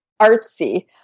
artsy